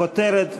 חברי הכנסת,